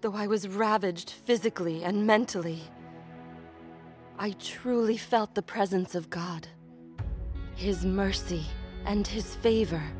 the i was ravaged physically and mentally i truly felt the presence of god his mercy and his favor